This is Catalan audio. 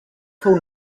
fou